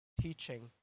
teaching